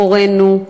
הורינו,